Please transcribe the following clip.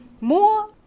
more